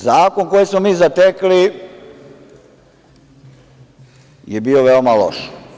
Zakon koji smo mi zatekli je bio veoma loš.